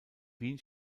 wien